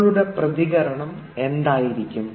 നിങ്ങളുടെ പ്രതികരണം എന്തായിരിക്കും